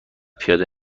پیاده